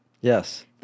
Yes